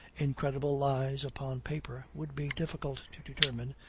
incredible lies upon paper, would be difficult to determine,